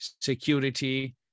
security